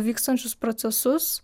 vykstančius procesus